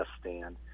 stand